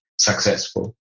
successful